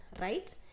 Right